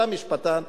אתה משפטן,